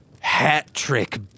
Hat-Trick